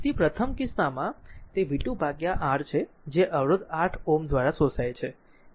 તેથી પ્રથમ કિસ્સામાં તે v2 ભાગ્યા R છે જે અવરોધ 8 Ω દ્વારા શોષાય છે